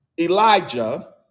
Elijah